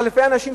אלפי אנשים,